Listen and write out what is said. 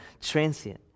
transient